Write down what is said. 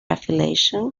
affiliation